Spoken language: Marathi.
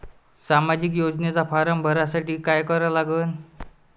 सामाजिक योजनेचा फारम भरासाठी का करा लागन?